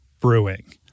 Brewing